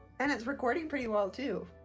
and it's recording pretty well too,